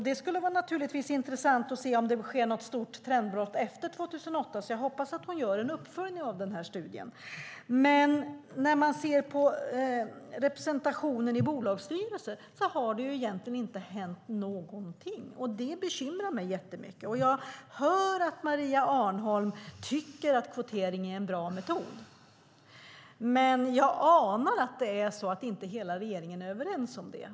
Det skulle naturligtvis vara intressant att se om det har skett något stort trendbrott efter 2008, så jag hoppas att hon gör en uppföljning av den här studien. När det gäller representationen i bolagsstyrelser har det egentligen inte hänt någonting, och det bekymrar mig jättemycket. Jag hör att Maria Arnholm tycker att kvotering är en bra metod, men jag anar att inte hela regeringen är överens om det.